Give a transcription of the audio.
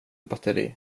batteri